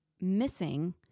missing